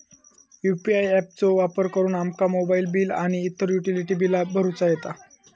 UPI app चो वापर करुन आमका मोबाईल बिल आणि इतर युटिलिटी बिला भरुचा येता